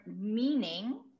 meaning